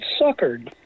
suckered